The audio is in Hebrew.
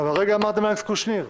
הרגע אמרתם אלכס קושניר.